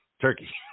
turkey